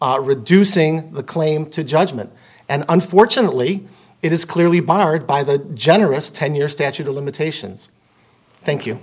reducing the claim to judgment and unfortunately it is clearly barred by the generous ten year statute of limitations thank you